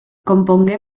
compongué